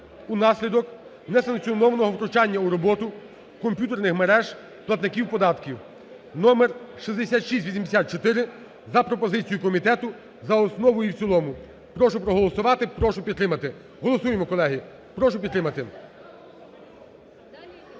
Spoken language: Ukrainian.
у наслідок несанкціонованого втручання у роботу комп'ютерних мереж платників податків (№ 6684) за пропозицією комітету за основу і в цілому. Прошу проголосувати. Прошу підтримати. Голосуємо, колеги! Прошу підтримати.